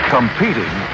Competing